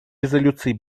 резолюции